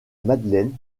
madeleine